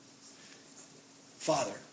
Father